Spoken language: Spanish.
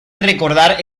recordar